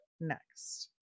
next